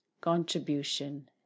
contribution